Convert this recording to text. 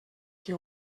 que